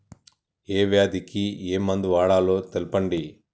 ఏ వ్యాధి కి ఏ మందు వాడాలో తెల్పండి?